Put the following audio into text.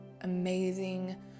amazing